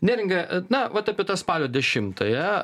neringa na vat apie tą spalio dešimtąją